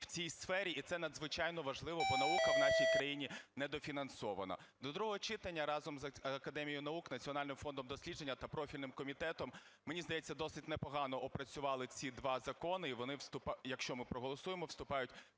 в цій сфері, і це надзвичайно важливо, бо наука в нашій країні недофінансована. До другого читання разом з Академією наук, Національним фондом досліджень та профільним комітетом, мені здається, досить непогано опрацювали ці два закони, і вони, якщо ми проголосуємо, вступають